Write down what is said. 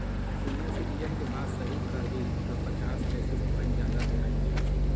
senior citizen के बात करही त पचास बेसिस प्वाइंट ज्यादा ब्याज मिलो हइ